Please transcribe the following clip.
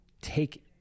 take